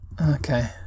okay